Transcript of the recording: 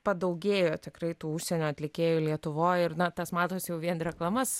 padaugėjo tikrai tų užsienio atlikėjų lietuvoj ir na tas matosi jau vien reklamas